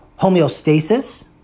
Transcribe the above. homeostasis